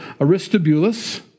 Aristobulus